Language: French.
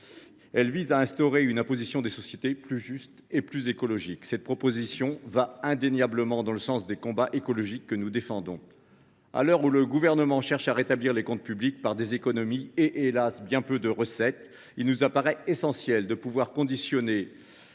visant à instaurer une imposition des sociétés plus juste et plus écologique. Cette proposition va indéniablement dans le sens des combats écologiques que nous défendons. À l’heure où le Gouvernement cherche à rétablir les comptes publics par des économies et, hélas ! par bien peu de recettes, il nous apparaît essentiel de conditionner